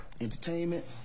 entertainment